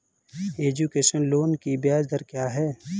Education loan की ब्याज दर क्या है?